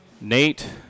Nate